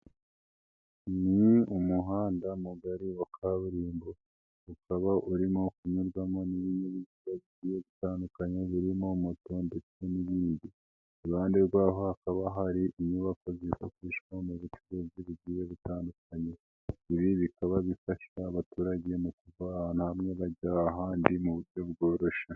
Ni umuhanda mugari wa kaburimbo ukaba urimo kunyurwamo n' ibinyabiziga bitandukanye birimo moto ndetse n'ibindi. Iruhande rwaho hakaba hari inyubako zifashishwa mu bucuruzi bigiye butandukanye. Ibi bikaba bifasha abaturage mukuva ahantu hamwe bajya ahandi mu buryo bworoshye.